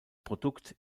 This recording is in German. produkt